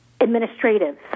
administrative